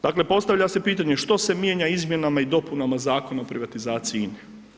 Dakle, postavlja se pitanje što se mijenja izmjenama i dopunama Zakona o privatizaciji INE.